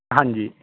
ਹਾਂਜੀ